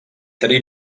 tenir